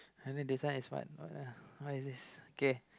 and then beside is what oh yeah what is this okay